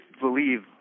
believe